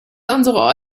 unsere